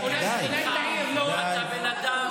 אני אומר לך את האמת, שם לך תמונת מראה.